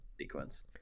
sequence